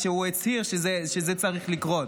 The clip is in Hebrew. שהוא הצהיר שזה צריך לקרות,